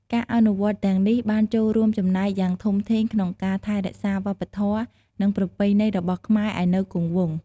ការអនុវត្តទាំងនេះបានចូលរួមចំណែកយ៉ាងធំធេងក្នុងការ ថែរក្សាវប្បធម៌ និងប្រពៃណីរបស់ខ្មែរឱ្យនៅគង់វង្ស។